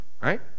right